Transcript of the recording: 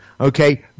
okay